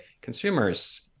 consumers